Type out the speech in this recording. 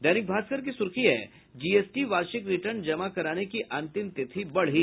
दैनिक भास्कर की सुर्खी है जीएसटी वार्षिक रिटर्न जमा कराने की अंतिम तिथि बढ़ी